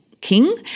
king